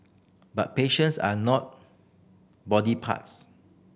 but patients are not body parts